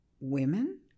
women